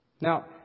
Now